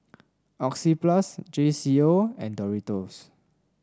Oxyplus J C O and Doritos